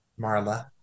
Marla